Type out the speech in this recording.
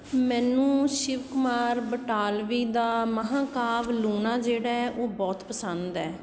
ਮੈਨੂੰ ਸ਼ਿਵ ਕੁਮਾਰ ਬਟਾਲਵੀ ਦਾ ਮਹਾਂਕਾਵ ਲੂਣਾ ਜਿਹੜਾ ਹੈ ਉਹ ਬਹੁਤ ਪਸੰਦ ਹੈ